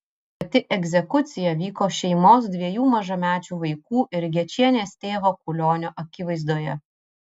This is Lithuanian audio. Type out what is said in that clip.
pati egzekucija vyko šeimos dviejų mažamečių vaikų ir gečienės tėvo kulionio akivaizdoje